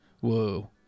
whoa